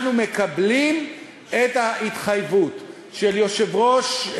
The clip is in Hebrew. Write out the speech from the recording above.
אנחנו מקבלים את ההתחייבות של יושב-ראש,